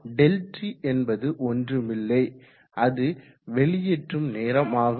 ΔT என்பது ஒன்றுமில்லை அது வெளியேற்றும் நேரம் ஆகும்